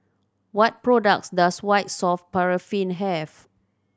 what products does White Soft Paraffin have